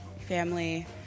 family